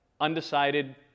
undecided